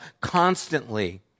constantly